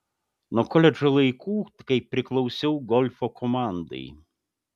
nuo koledžo laikų kai priklausiau golfo komandai